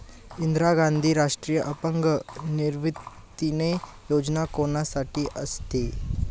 इंदिरा गांधी राष्ट्रीय अपंग निवृत्तीवेतन योजना कोणासाठी असते?